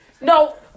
No